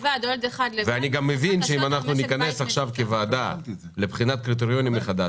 ואני גם מבין שאם אנחנו ניכנס עכשיו כוועדה לבחינת הקריטריונים מחדש,